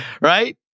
Right